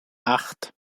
acht